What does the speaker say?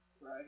Right